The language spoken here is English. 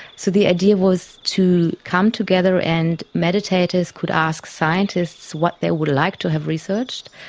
so the idea was to come together and meditators could ask scientists what they would like to have researched,